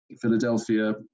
philadelphia